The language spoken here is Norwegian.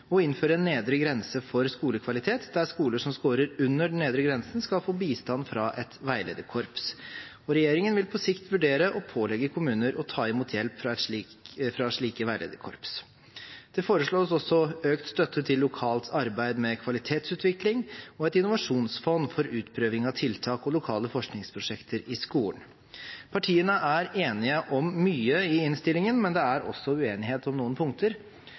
å innføre en nedre grense for skolekvalitet, der skoler som scorer under den nedre grensen, skal få bistand fra et veilederkorps. Regjeringen vil på sikt vurdere å pålegge kommuner å ta imot hjelp fra slike veilederkorps. Det foreslås også økt støtte til lokalt arbeid med kvalitetsutvikling og et innovasjonsfond for utprøving av tiltak og lokale forskningsprosjekter i skolen. Partiene er enige om mye i innstillingen, men det er også uenighet om noen punkter.